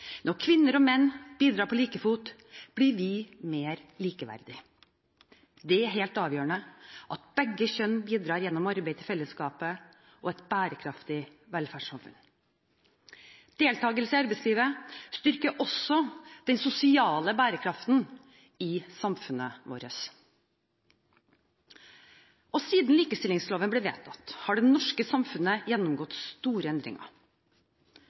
Når kvinner og menn bidrar på like fot, blir vi mer likeverdige. Det er helt avgjørende at begge kjønn bidrar gjennom arbeid til fellesskapet og et bærekraftig velferdssamfunn. Deltakelse i arbeidslivet styrker også den sosiale bærekraften i samfunnet vårt. Siden likestillingsloven ble vedtatt har det norske samfunnet gjennomgått store endringer.